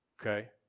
Okay